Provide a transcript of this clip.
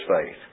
faith